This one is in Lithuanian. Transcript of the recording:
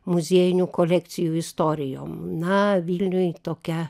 muziejinių kolekcijų istorijom na vilniuj tokia